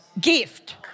gift